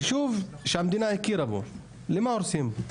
יישוב שהמדינה הכירה בו למה הורסים?